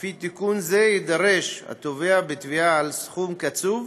לפי תיקון זה יידרש התובע בתביעה על סכום קצוב